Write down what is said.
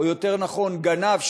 או יותר נכון גנב,